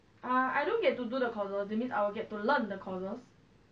I don't get to do the corner that means I will get to learn 的 courses